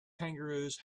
kangaroos